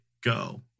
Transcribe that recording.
go